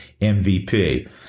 MVP